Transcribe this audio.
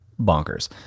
bonkers